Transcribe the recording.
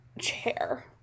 chair